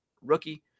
rookie